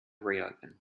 reopen